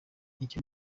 icyo